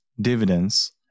Dividends